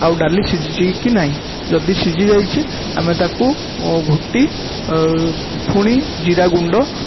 ଆଉ ଡାଲି ସିଝିଛି କି ନାହିଁ ଯଦି ସିଝି ଯାଇଛି ଆମେ ତାକୁ ଘୋଟି ଫୁଣି ଜିରା ଗୁଣ୍ଡ